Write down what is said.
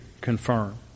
confirm